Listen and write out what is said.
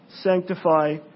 sanctify